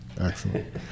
Excellent